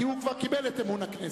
כי הוא כבר קיבל את אמון הכנסת.